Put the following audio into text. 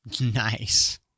Nice